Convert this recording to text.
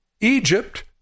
Egypt